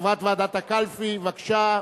חברת ועדת הקלפי, בבקשה.